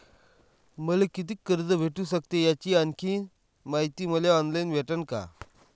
मले कितीक कर्ज भेटू सकते, याची आणखीन मायती मले ऑनलाईन भेटू सकते का?